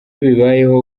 bibayeho